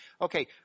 Okay